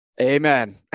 Amen